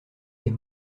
les